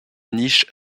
niches